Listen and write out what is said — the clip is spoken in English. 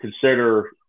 consider